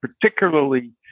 particularly